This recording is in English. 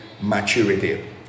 maturity